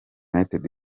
united